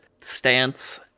stance